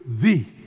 thee